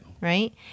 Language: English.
right